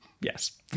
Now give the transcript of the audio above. Yes